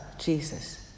Jesus